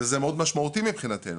זה מאוד משמעותי מבחינתנו.